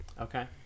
Okay